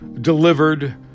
delivered